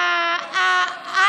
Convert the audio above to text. היא מטעה את הוועדה.